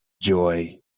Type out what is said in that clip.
joy